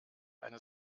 eine